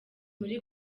muri